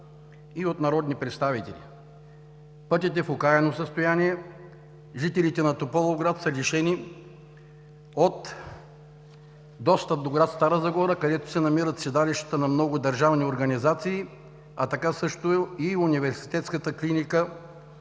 и от народни представители. Пътят е в окаяно състояние. Жителите на Тополовград са лишени от достъп до град Стара Загора, където се намират седалищата на много държавни организации, а така също и Университетската клиника